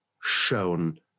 shown